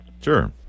Sure